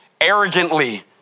arrogantly